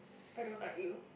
I don't like you